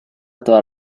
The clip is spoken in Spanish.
todas